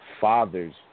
fathers